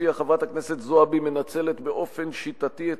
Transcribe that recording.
שלפיה חברת הכנסת זועבי מנצלת באופן שיטתי את